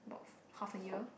about half a year